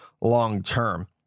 long-term